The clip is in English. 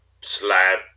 slam